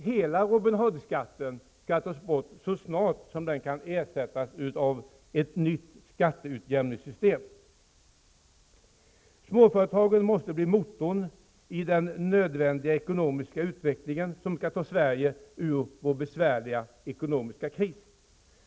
Hela Robin Hood-skatten skall bort så snart som den kan ersättas av ett nytt skatteutjämningssystem. Småföretagen måste bli motor i den nödvändiga ekonomiska utveckling som skall ta Sverige ur vår besvärliga ekonomiska kris.